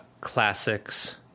classics